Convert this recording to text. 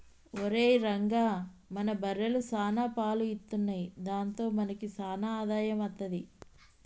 ఒరేయ్ రంగా మన బర్రెలు సాన పాలు ఇత్తున్నయ్ దాంతో మనకి సాన ఆదాయం అత్తది